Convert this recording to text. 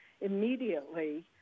immediately